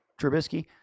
Trubisky